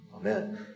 Amen